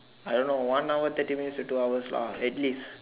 I don't know one hour thirty minutes to two hours lah at least